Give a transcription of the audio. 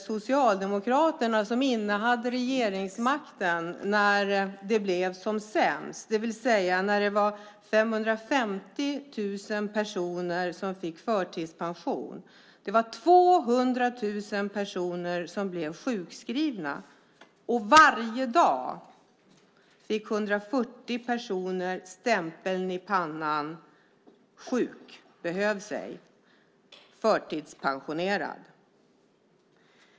Socialdemokraterna innehade regeringsmakten när det var som sämst, det vill säga när det var 550 000 personer som fick förtidspension och 200 000 personer som blev sjukskrivna. Varje dag fick 140 personer stämpeln i pannan: sjuk, behövs ej, förtidspensionerad.